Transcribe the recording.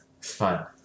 fun